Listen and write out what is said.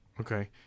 okay